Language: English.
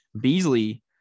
Beasley